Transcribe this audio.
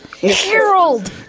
Harold